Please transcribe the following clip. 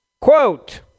Quote